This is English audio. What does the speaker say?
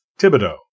Thibodeau